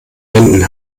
wänden